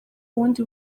ubundi